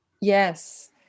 yes